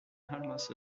almost